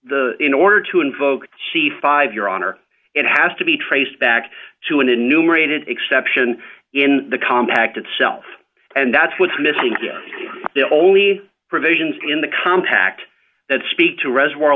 the in order to invoke she five your honor it has to be traced back to an enumerated exception in the compact itself and that's what's missing here the only provisions in the compact that speak to reservoir